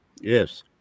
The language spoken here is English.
Yes